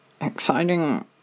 exciting